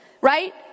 right